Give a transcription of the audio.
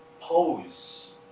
pose